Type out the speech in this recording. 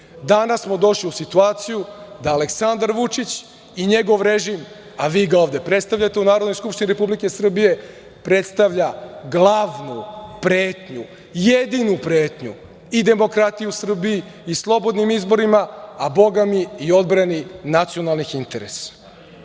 smo došli u situaciju da Aleksandar Vučić i njegov režim, a vi ga ovde predstavljate u Narodnoj skupštini Republike Srbije, predstavlja glavnu pretnju, jedinu pretnju i demokratiju u Srbiji i slobodnim izborima, a bogami i odbrani nacionalnih interesa,